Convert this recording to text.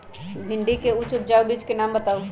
भिंडी के उच्च उपजाऊ बीज के नाम बताऊ?